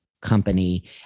company